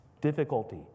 difficulty